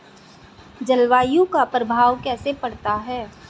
जलवायु का प्रभाव कैसे पड़ता है?